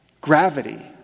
Gravity